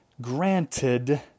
granted